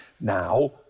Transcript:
now